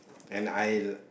and I